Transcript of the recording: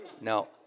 No